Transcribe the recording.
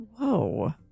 whoa